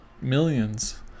millions